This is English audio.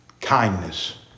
kindness